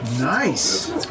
Nice